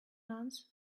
nuns